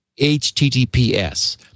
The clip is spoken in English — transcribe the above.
HTTPS